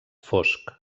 fosc